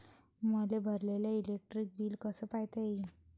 मले भरलेल electric bill कस पायता येईन?